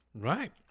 Right